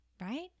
Right